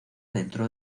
dentro